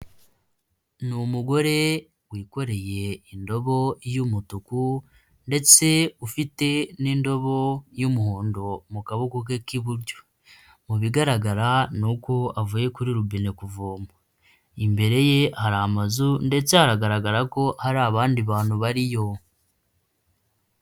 Ni umugore wikoreye indobo y'umutuku ndetse ufite n'indobo y'umuhondo mu kaboko ke k'iburyo, mu bigaragara ni uko avuye kuri robine kuvoma, imbere ye hari amazu ndetse haragaragara ko hari abandi bantu bariyo.